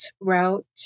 route